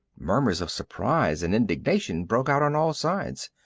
murmurs of surprise and indignation broke out on all sides.